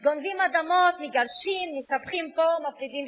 גונבים אדמות, מגרשים, מספחים פה, מפרידים שם,